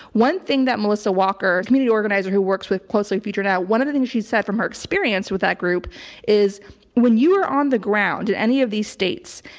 one thing that melissa walker, community organizer who works with like futurenow, one of the things she said from her experience with that group is when you are on the ground in any of these states,